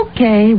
Okay